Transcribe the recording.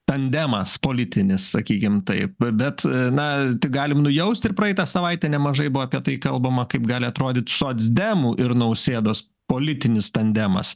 tandemas politinis sakykim taip bet na galim nujaust ir praeitą savaitę nemažai buvo apie tai kalbama kaip gali atrodyt socdemų ir nausėdos politinis tandemas